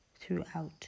throughout